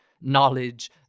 knowledge